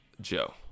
Joe